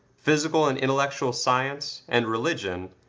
physical and intellectual science, and religion,